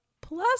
plus